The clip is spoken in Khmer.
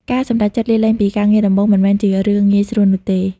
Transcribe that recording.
ការសម្រេចចិត្តលាលែងពីការងារដំបូងមិនមែនជារឿងងាយស្រួលនោះទេ។